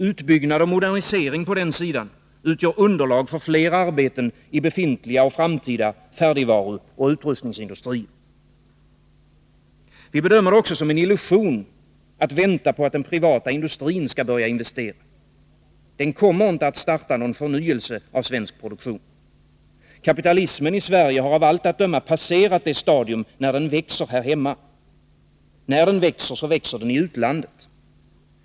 Utbyggnad och modernisering på den sidan utgör underlag för fler arbeten i befintliga och framtida färdigvaruoch utrustningsindustrier. Vi bedömer det också som en illusion att vänta på att den privata industrin skall börja investera. Den kommer inte att starta någon förnyelse av svensk produktion. Kapitalismen i Sverige har av allt att döma passerat det stadium när den växer här hemma. När den växer, växer den i utlandet.